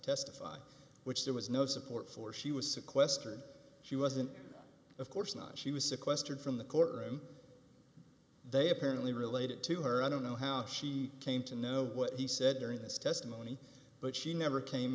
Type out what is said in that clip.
testify which there was no support for she was sequestered she wasn't of course not she was sequestered from the courtroom they apparently related to her i don't know how she came to know what he said during this testimony but she never came